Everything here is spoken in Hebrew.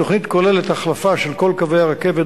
התוכנית כוללת החלפה של כל קווי הרכבת